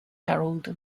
harold